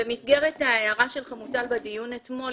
במסגרת ההערה של חמוטל בדיון אתמול,